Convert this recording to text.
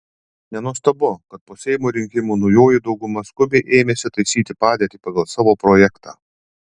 nenuostabu kad po seimo rinkimų naujoji dauguma skubiai ėmėsi taisyti padėtį pagal savo projektą